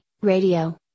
radio